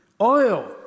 Oil